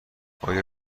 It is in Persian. آیا